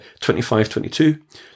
25-22